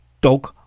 Dog